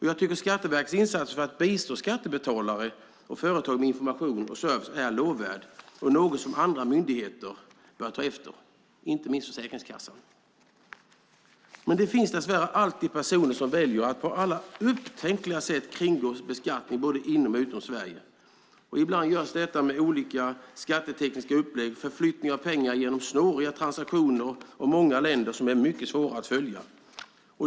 Jag tycker att Skatteverkets insats för att bistå skattebetalare och företag med information och service är lovvärd och något som andra myndigheter bör ta efter, inte minst Försäkringskassan. Men det finns dess värre alltid personer som väljer att på alla upptänkliga sätt kringgå beskattning, både inom och utom Sverige. Ibland görs detta med olika skattetekniska upplägg, förflyttning av pengar genom snåriga transaktioner och många länder som är mycket svåra att följa.